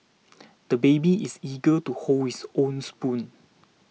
the baby is eager to hold his own spoon